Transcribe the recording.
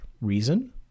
reason